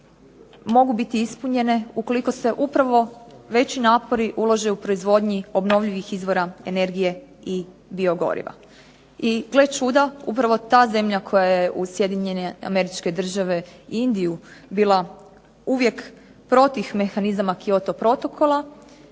mogu biti ispunjene ukoliko se upravo veći napori ulože u proizvodnji obnovljivih izvora energije i biogoriva. I gle čuda, upravo ta zemlja koja je uz SAD i Indiju bila uvijek protiv mehanizama Kyoto protokola